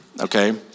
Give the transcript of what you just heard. okay